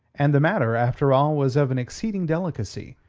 and the matter, after all, was of an exceeding delicacy,